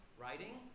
writing